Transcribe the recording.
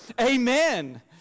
amen